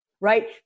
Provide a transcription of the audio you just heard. right